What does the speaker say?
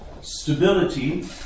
stability